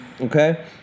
okay